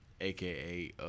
aka